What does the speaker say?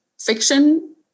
fiction